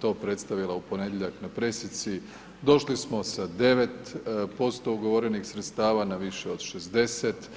to predstavila u ponedjeljak na pressici, došli smo sa 9% ugovorenih sredstava, na više od 60.